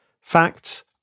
Facts